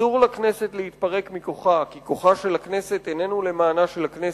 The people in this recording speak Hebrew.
אסור לכנסת להתפרק מכוחה כי כוחה של הכנסת איננו למענה של הכנסת.